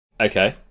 Okay